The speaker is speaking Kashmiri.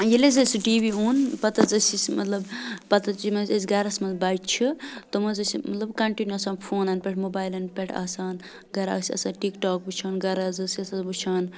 ییٚلہِ حظ اَسہِ سُہ ٹی وی اوٚن پَتہٕ حظ ٲسۍ أسۍ مطلب پَتہٕ حظ یِم حظ اَسہِ گَرَس منٛز بَچہِ چھِ تِم حظ ٲسۍ مطلب کَنٹِنیوٗ آسان فونَن پٮ۪ٹھ موبایلَن پٮ۪ٹھ آسان گَرا ٲسۍ آسان ٹِک ٹاک وٕچھان گَرا حظ ٲسۍ آسان وٕچھان